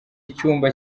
icyumba